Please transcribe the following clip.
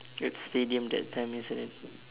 at stadium that time isn't it